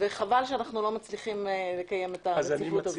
מוחלשות שהן לא עומדות בתור בלשכות הרווחה,